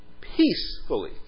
Peacefully